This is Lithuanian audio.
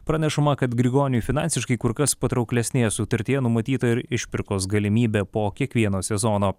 pranešama kad grigoniui finansiškai kur kas patrauklesnėje sutartyje numatyta ir išpirkos galimybė po kiekvieno sezono